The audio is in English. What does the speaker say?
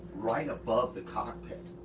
right above the cockpit.